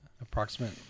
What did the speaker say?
approximate